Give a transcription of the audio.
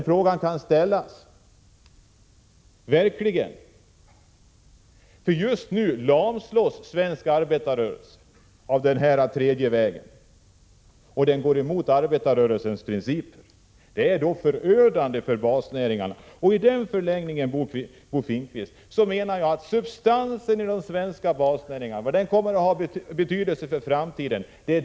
Frågan kan verkligen ställas, därför att svensk arbetarrörelse just nu lamslås av den tredje vägen, som går emot arbetarrörelsens principer. Den är förödande för basnäringarna. I förlängningen, Bo Finnkvist, förintas substansen i de svenska basnäringarna, vilket kommer att ha betydelse för framtiden.